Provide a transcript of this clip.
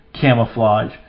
camouflage